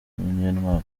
munyentwali